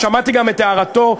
שמעתי גם את הערתו,